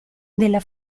della